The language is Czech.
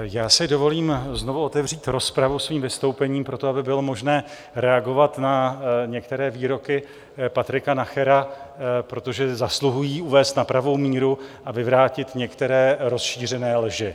Já si dovolím znovu otevřít rozpravu svým vystoupením proto, aby bylo možné reagovat na některé výroky Patrika Nachera, protože zasluhují uvést na pravou míru a vyvrátit některé rozšířené lži.